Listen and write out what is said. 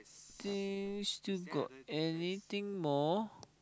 still still got anything more